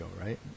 right